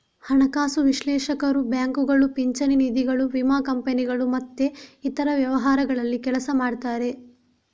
ಹಣಕಾಸು ವಿಶ್ಲೇಷಕರು ಬ್ಯಾಂಕುಗಳು, ಪಿಂಚಣಿ ನಿಧಿಗಳು, ವಿಮಾ ಕಂಪನಿಗಳು ಮತ್ತೆ ಇತರ ವ್ಯವಹಾರಗಳಲ್ಲಿ ಕೆಲಸ ಮಾಡ್ತಾರೆ